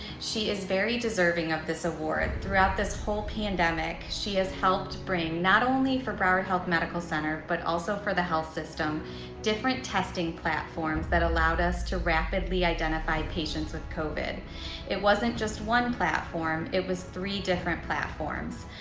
she is very deserving of this award. throughout this whole pandemic she has helped bring not only for broward health medical center but also for the health system different testing platforms that allowed us to rapidly identify patients with covid it wasn't just one platform it was three different platforms.